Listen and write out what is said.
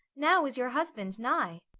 now is your husband nigh.